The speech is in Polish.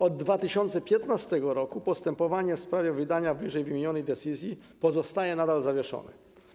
Od 2015 r. postępowanie w sprawie wydania ww. decyzji pozostaje nadal zawieszone.